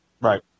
Right